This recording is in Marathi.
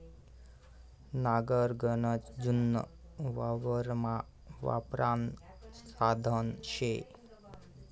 नांगर गनच जुनं वावरमा वापरानं साधन शे